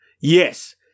Yes